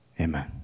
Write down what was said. Amen